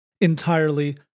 entirely